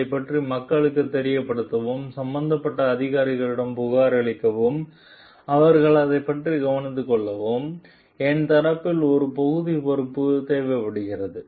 அதைப் பற்றி மக்களுக்குத் தெரியப்படுத்தவும் சம்பந்தப்பட்ட அதிகாரிகளிடம் புகாரளிக்கவும் அவர்கள் அதைக் கவனித்துக்கொள்ளவும் என் தரப்பில் ஒரு பகுதி பொறுப்பும் தேவைப்படுகிறது